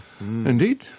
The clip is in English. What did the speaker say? Indeed